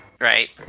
Right